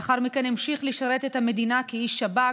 ולאחר מכן המשיך לשרת את המדינה כאיש שב"כ.